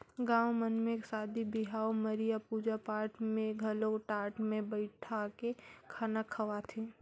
गाँव मन म सादी बिहाव, मरिया, पूजा पाठ मन में घलो टाट मे बइठाके खाना खवाथे